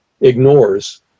Ignores